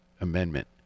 Amendment